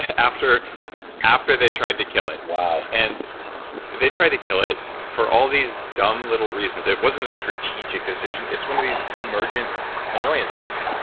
after after they tried to kill it wow! and they tried to kill it for all these dumb little reasons. it wasn't a strategic decision. it's one of these emergent annoyances.